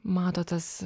mato tas